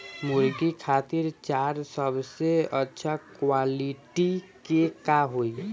मुर्गी खातिर चारा सबसे अच्छा क्वालिटी के का होई?